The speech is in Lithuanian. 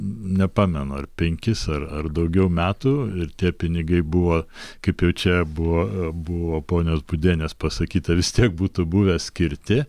nepamenu ar penkis ar ar daugiau metų ir tie pinigai buvo kaip jau čia buvo buvo ponios būdienės pasakyta vis tiek būtų buvę skirti